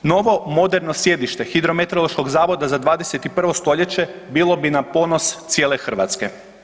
Novo moderno sjedište Hidrometeorološkog zavoda za 21. st. bilo bi na ponos cijele Hrvatske.